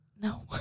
No